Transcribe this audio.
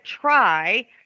try